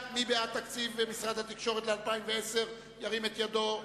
מי בעד תקציב משרד התקשורת ל-2010, ירים את ידו.